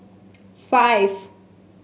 five